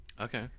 Okay